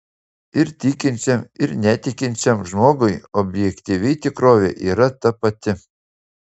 ir tikinčiam ir netikinčiam žmogui objektyviai tikrovė yra ta pati